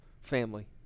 family